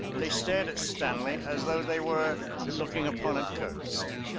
they stared at stanley as though they were looking upon a ghost.